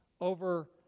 over